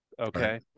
okay